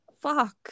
Fuck